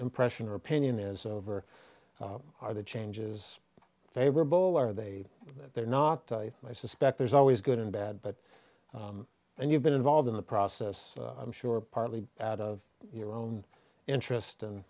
impression or opinion is over are the changes favorable are they they're not i suspect there's always good and bad but and you've been involved in the process i'm sure partly out of your own interest